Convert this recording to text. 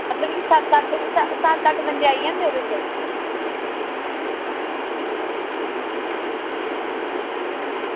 मतलब कि सत्त अट्ठ सत्त अट्ठ बंदे आई जंदे ओह्दे च